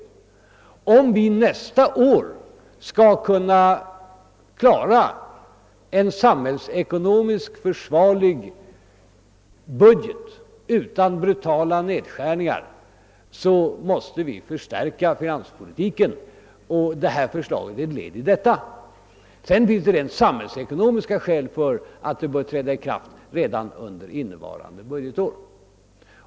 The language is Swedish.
Om vi nästa år skall kunna klara en samhällsekonomiskt försvarlig budget utan brutala nedskärningar måste vi förstärka finanspolitiken. Vårt nu framlagda förslag är därvidlag ett led. Dessutom finns det rent samhällsekonomiska skäl för att dessa åtgärder bör träda i kraft redan under innevarande budgetår.